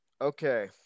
Okay